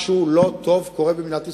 משהו לא טוב קורה במדינת ישראל.